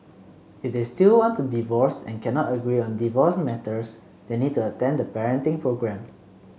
if they still want to divorce and cannot agree on divorce matters they need to attend the parenting programme